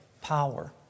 power